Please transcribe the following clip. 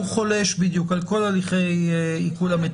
הוא חולש בדיוק, על כל הליכים המיטלטלין.